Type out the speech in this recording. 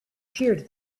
sheared